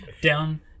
down